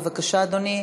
בבקשה, אדוני,